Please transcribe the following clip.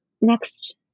next